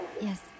Yes